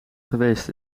geweest